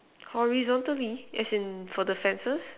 horizontally as in for the fences